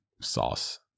sauce